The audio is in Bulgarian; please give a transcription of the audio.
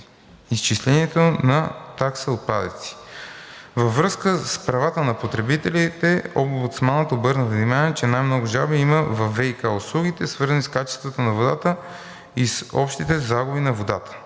изчислението на такса отпадъци. Във връзка с правата на потребителите Омбудсманът обърна внимание, че най-много жалби има във ВиК услугите, свързани с качеството на водата и с общите загуби на водата.